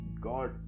God